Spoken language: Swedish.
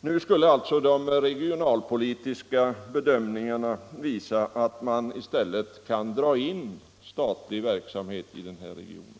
Nu skulle alltså de regionalpolitiska bedömningarna visa att man i stället kan dra in statlig verksamhet i Kalmarregionen.